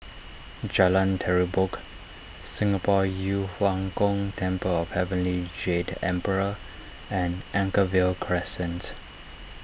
Jalan Terubok Singapore Yu Huang Gong Temple of Heavenly Jade Emperor and Anchorvale Crescent